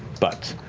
but,